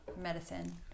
medicine